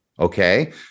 Okay